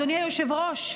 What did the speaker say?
אדוני היושב-ראש,